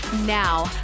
Now